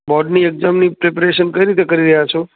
બોર્ડની એક્ઝામની પ્રીપેરેશન કઈ રીતે કરી રહ્યા છો